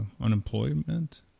unemployment